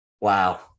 Wow